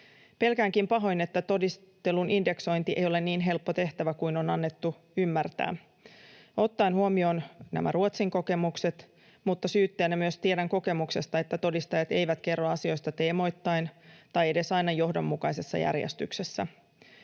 Pelkäänkin pahoin, että todistelun indeksointi ei ole niin helppo tehtävä kuin on annettu ymmärtää, ottaen huomioon nämä Ruotsin kokemukset, ja syyttäjänä myös tiedän kokemuksesta, että todistajat eivät kerro asioista teemoittain tai aina edes johdonmukaisessa järjestyksessä.